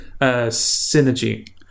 synergy